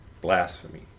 blasphemy